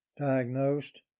diagnosed